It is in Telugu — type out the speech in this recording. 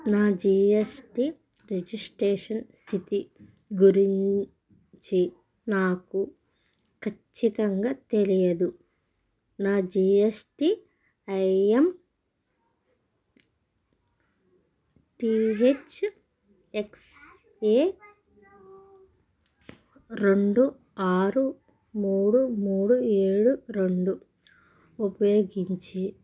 నా జీ ఎస్ టీ రిజిస్ట్రేషన్ స్థితి గురించి నాకు ఖచ్చితంగా తెలియదు నా G S T I N T H X A రెండు ఆరు మూడు మూడు ఏడు రెండు ఉపయోగించి